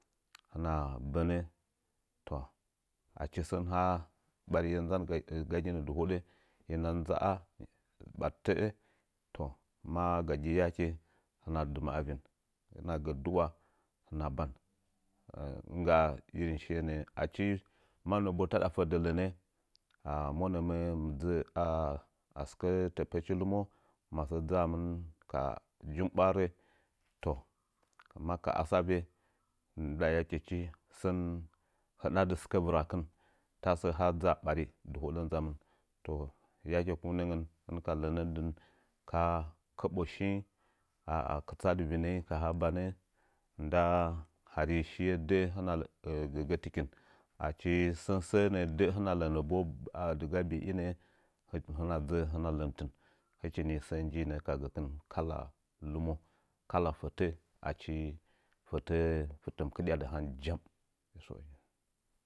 Hɨna bənə toh achi sən ha bari ye ndangakin dɨhoɗə hɨnan dza la battə'ə toh ma gi yake hɨna dɨmə'ə avin hɨna gə duwa hma ban nɨngga trin shiye nə'ə achi mannə bo taɗa fəllə lənə ana monəmə dzə'ə asɨkə təpəchi lɨmo ma sə dzaa mɨn ka jumɓwarə toh ma ka a savə ndɨda yakechi sən hɨdadɨ sɨkə vɨrakɨn ta sə haa dza bari dɨhodə nda mɨn toh yakekunəngən hɨn ka lənən dɨn kaa kəboshing la'a kɨtsadɨ vinəng ka ha ba nə nda hari shiye də'ə hɨna gəgətikin achi sən səə nə'ə də'ə hɨna lənə bo dɨga bi'i lnə'ə hinə dzə'ə hɨna ləntɨn hɨci ni sə njinə ka gəkɨn kala lɨmo kala fətə afitə mɨ kɨdya dɨ han jam